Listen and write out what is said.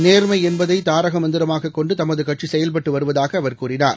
நேர்மைஎன்பதைதாரகமந்திரமாககொண்டுதமதுகட்சிசெயல்பட்டுவருவதாகஅவர் கூறினார்